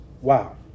Wow